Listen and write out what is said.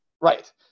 Right